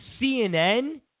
CNN